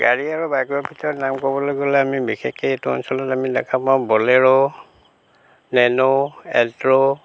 গাড়ী আৰু বাইকৰ ভিতৰত নাম ক'বলৈ গ'লে আমি বিশেষকৈ এইটো অঞ্চলত আমি দেখা পাওঁ বলেৰ' নেন' এল্ট'